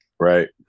right